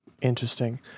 interesting